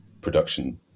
production